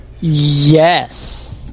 Yes